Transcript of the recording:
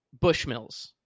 Bushmills